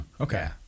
okay